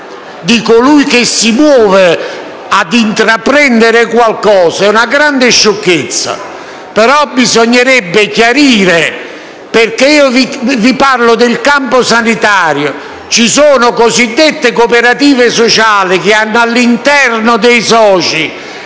di colui che si muove a intraprendere qualcosa, è una grande sciocchezza. Bisognerebbe però chiarire. Vi parlo del campo sanitario. Ci sono cosiddette cooperative sociali che hanno all'interno come soci